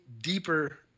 deeper